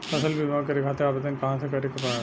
फसल बीमा करे खातिर आवेदन कहाँसे करे के पड़ेला?